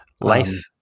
Life